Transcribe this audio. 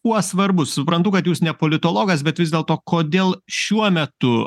kuo svarbus suprantu kad jūs ne politologas bet vis dėlto kodėl šiuo metu